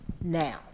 now